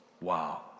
Wow